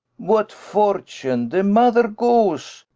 what fortune! the mother goes!